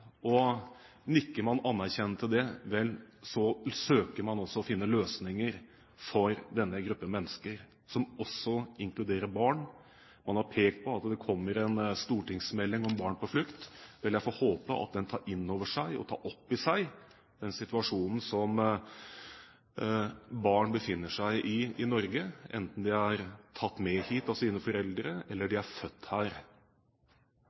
vil nikke anerkjennende også til det. Dette har vært noe av temaet i denne debatten, og nikker man anerkjennende til det, søker man også å finne løsninger for denne gruppen mennesker, som også inkluderer barn. Man har pekt på at det kommer en stortingsmelding om barn på flukt. Jeg håper den tar inn over seg, tar opp i seg, den situasjonen som barn i Norge befinner seg i, enten de er tatt med hit av sine foreldre eller